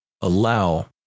allow